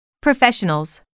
Professionals